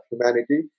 Humanity